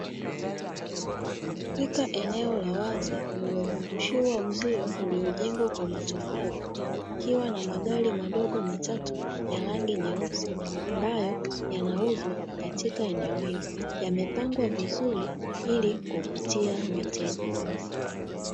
Katika eneo la wazi lililozungushiwa uzio uliojengwa kwa matofali, ukiwa na magari madogo matatu ya rangi nyeusi ambayo yanauzwa katika eneo hilo, yamepangwa vizuri ili kuvutia wateja.